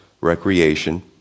recreation